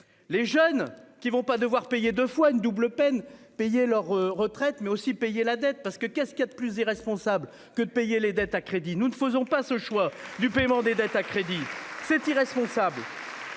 Les jeunes qui vont pas devoir payer 2 fois une double peine payer leur retraite mais aussi payer la dette parce que qu'est-ce qu'il a de plus irresponsable que de payer les dettes à crédit, nous ne faisons pas ce choix. Du paiement des dettes à crédit c'est irresponsable.